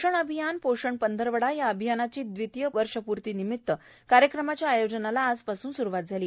पोषण अभियान पोषण पंधरवाडा या अभियानाची दवितीय वर्षपूर्ती निमित्त कार्यक्रमांच्या आयोजनाला आजपासून सुरुवात झाली